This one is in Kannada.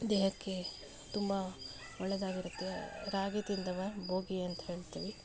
ದೇಹಕ್ಕೆ ತುಂಬ ಒಳ್ಳೆಯದ್ದಾಗಿರುತ್ತೆ ರಾಗಿ ತಿಂದವ ಭೋಗಿ ಅಂತ ಹೇಳ್ತೀವಿ